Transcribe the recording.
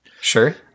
Sure